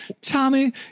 Tommy